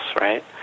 right